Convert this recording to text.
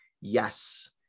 yes